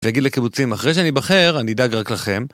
ויגיד לקיבוצים, אחרי שאני אבחר, אני אדאג רק לכם.